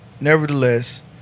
nevertheless